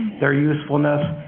their usefulness,